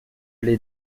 l’ai